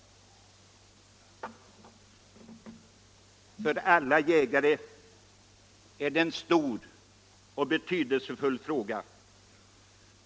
För alla jägare är det en stor och betydelsefull fråga.